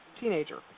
teenager